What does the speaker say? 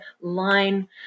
line